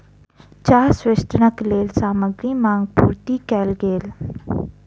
चाह संवेष्टनक लेल सामग्रीक मांग पूर्ति कयल गेल